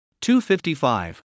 255